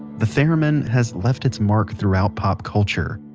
the theremin has left its mark throughout pop culture.